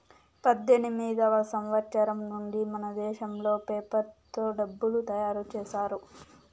పద్దెనిమిదివ సంవచ్చరం నుండి మనదేశంలో పేపర్ తో డబ్బులు తయారు చేశారు